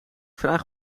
vraag